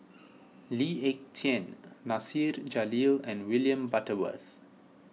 Lee Ek Tieng Nasir Jalil and William Butterworth